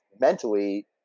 mentally